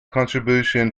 contribution